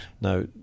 Now